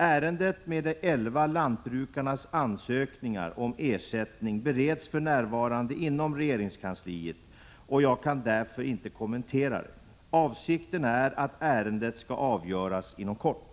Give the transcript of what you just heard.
Ärendet med de elva lantbrukarnas ansökningar om ersättning bereds för närvarande inom regeringskansliet, och jag kan därför inte kommentera det. Avsikten är att ärendet skall avgöras inom kort.